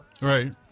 Right